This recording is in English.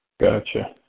Gotcha